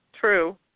True